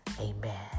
amen